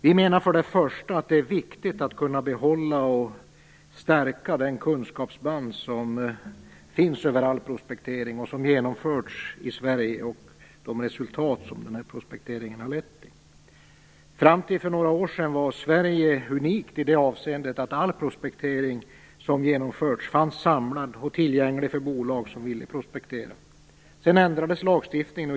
Vi menar först och främst att det är viktigt att kunna behålla och stärka den kunskapsbank som finns över all prospektering som genomförts i Sverige och de resultat som den har lett till. Till för några år sedan var Sverige unikt i det avseendet att all prospektering som genomförts fanns samlad och tillgänglig för bolag som ville prospektera. Sedan ändrades lagstiftningen.